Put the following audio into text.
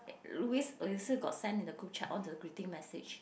Louis also got send in the group chat all the greeting message